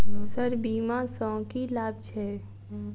Sir बीमा सँ की लाभ छैय?